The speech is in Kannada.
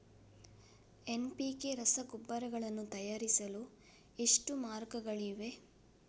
ಎನ್.ಪಿ.ಕೆ ರಸಗೊಬ್ಬರಗಳನ್ನು ತಯಾರಿಸಲು ಎಷ್ಟು ಮಾರ್ಗಗಳಿವೆ?